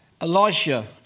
Elijah